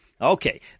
Okay